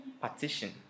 partition